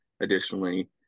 additionally